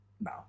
No